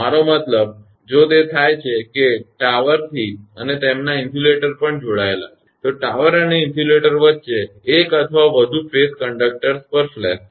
મારો મતલબ કે જો તે થાય છે કે ટાવરથી અને તેમના લાઇન ઇન્સ્યુલેટર પણ જોડાયેલા છે તો ટાવર અને ઇન્સ્યુલેટર વચ્ચે એક અથવા વધુ ફેઝ કંડકટરસ પર ફ્લેશ થશે